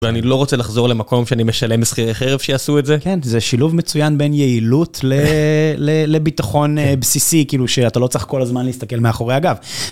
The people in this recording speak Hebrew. ואני לא רוצה לחזור למקום שאני משלם לשכירי חרב שיעשו את זה. כן, זה שילוב מצוין בין יעילות לביטחון בסיסי, כאילו שאתה לא צריך כל הזמן להסתכל מאחורי הגב.